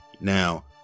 Now